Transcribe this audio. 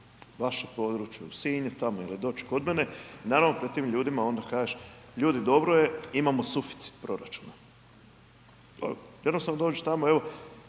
vaše područje u Sinj tamo ili doći kod mene i naravno pred tim ljudima onda kažeš, ljudi dobro je imamo suficit proračuna. Jednostavno dođe tamo, evo